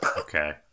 Okay